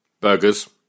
burgers